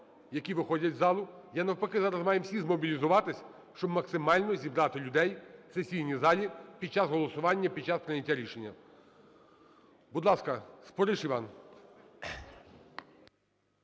які виходять із залу. Навпаки, зараз маємо всі змобілізуватись, щоб максимально зібрати людей в сесійній залі під час голосування, під час прийняття рішення. Будь ласка, Спориш Іван.